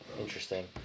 interesting